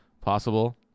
possible